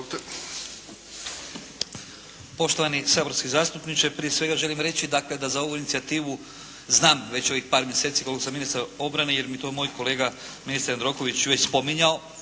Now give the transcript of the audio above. Poštovani saborski zastupniče, prije svega želim reći dakle da za ovu inicijativu znam već ovih par mjeseci koliko sam ministar obrane jer mi to moj kolega ministar Jandroković već spominjao.